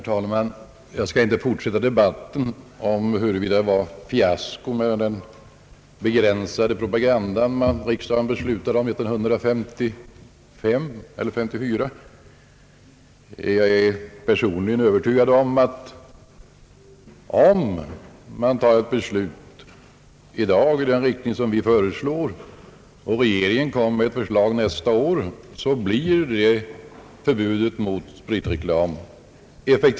Herr talman! Jag skall inte fortsätta debatten om huruvida den begränsade propaganda riksdagen beslutade om 1954 var ett fiasko. Personligen är jag övertygad att om man fattar ett beslut i dag i den riktning som vi föreslår och om regeringen framlägger ett förslag nästa år, så blir det ett effektivt förbud mot spritreklam.